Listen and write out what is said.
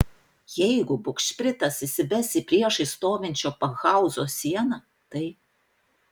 jeigu bugšpritas įsibes į priešais stovinčio pakhauzo sieną tai